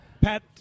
Pat